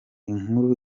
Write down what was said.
inkuru